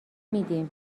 میدیم